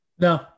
No